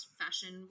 fashion